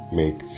make